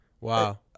Wow